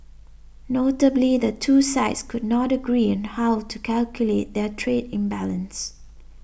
notably the two sides could not agree on how to calculate their trade imbalance